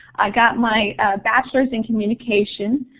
i got my bachelor's in communication,